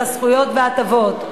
על הזכויות וההטבות.